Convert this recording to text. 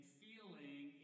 feeling